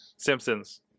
Simpsons